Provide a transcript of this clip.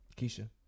Keisha